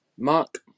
Mark